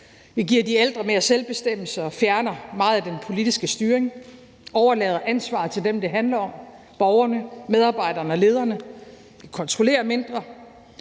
Vi giver de ældre mere selvbestemmelse, fjerner meget af den politiske styring og overlader ansvaret til dem, det handler om, nemlig borgerne, medarbejderne og lederne. Vi kontrollerer mindre.